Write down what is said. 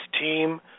team